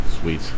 Sweet